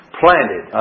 planted